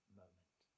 moment